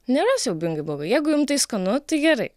nėra siaubingai blogai jeigu jum tai skanu tai gerai